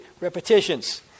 repetitions